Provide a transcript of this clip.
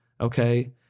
okay